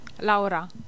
Laura